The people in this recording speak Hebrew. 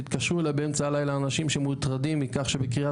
התקשרו אליי באמצע הלילה אנשים שמוטרדים מכך שבקרית